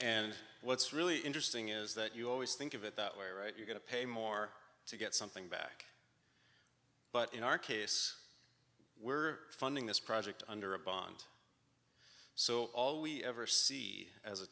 and what's really interesting is that you always think of it that way right you're going to pay more to get something back but in our case we're funding this project under a bond so all we ever see as a